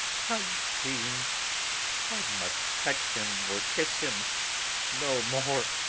unclean! i must touch him or kiss him no more.